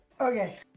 okay